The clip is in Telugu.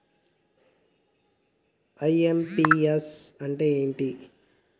ఐ.ఎమ్.పి.యస్ అంటే ఏంటిది?